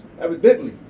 Evidently